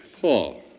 Paul